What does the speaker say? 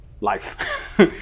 life